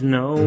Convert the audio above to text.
no